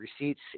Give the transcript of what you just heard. receipts